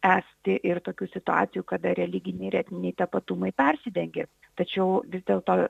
esti ir tokių situacijų kada religiniai ir etniniai tapatumai persidengia tačiau vis dėlto